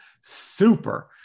super